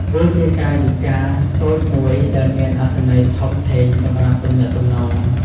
វាជាកាយវិការតូចមួយដែលមានអត្ថន័យធំធេងសម្រាប់ទំនាក់ទំនង។